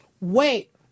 wait